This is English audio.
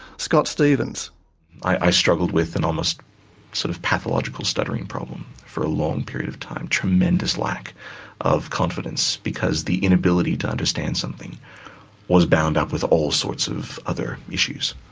scott stephens i struggled with an almost sort of pathological stuttering problem for a long period of time, tremendous lack of confidence because the inability to understand something was bound up with all sorts of other issues.